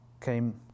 came